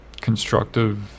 constructive